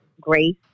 grace